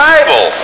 Bible